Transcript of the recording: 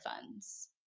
funds